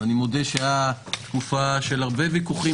אני מודה שהייתה תקופה של הרבה ויכוחים